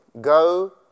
Go